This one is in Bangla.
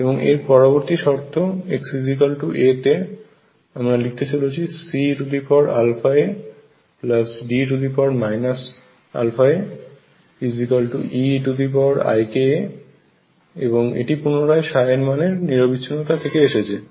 এবং এর পরবর্তী শর্ত xa তে আমরা লিখতে চলেছি C eαaD e αaE eika এবং এটি পুনরায় ψ এর মানের নিরবিচ্ছিন্নতা থাকে এসেছে